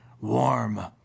warm